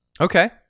Okay